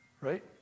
Right